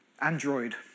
Android